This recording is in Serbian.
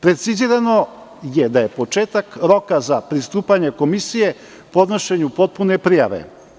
Precizirano je da je početak roka za pristupanje komisije, podnošenju popune prijave.